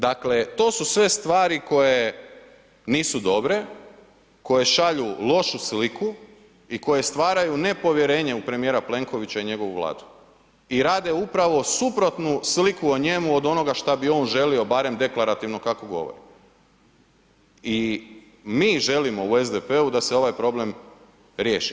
Dakle to su sve stvari koje nisu dobre, koje šalju lošu sliku i koje stvaraju nepovjerenje u premijera Plenkovića i njegovu Vladu i rade upravo suprotnu sliku o njemu od onoga šta bi on želio barem deklarativno kako govori i mi želimo u SDP-u da se ovaj problem riješi.